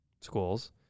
schools